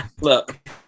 look